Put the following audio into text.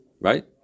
Right